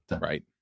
Right